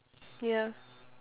ya